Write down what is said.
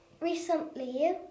Recently